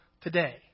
today